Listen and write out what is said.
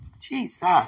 jesus